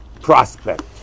prospect